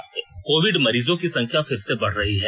शुरुआत कोविड मरीजों की संख्या फिर से बढ़ रही है